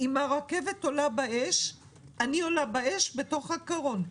אם הרכבת עולה באש אני עולה באש בתוך הקרון,